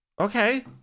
Okay